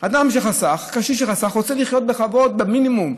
אדם שחסך, קשיש שחסך, רוצה לחיות בכבוד, במינימום.